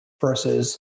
versus